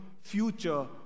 future